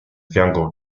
fianco